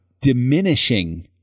diminishing